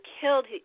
killed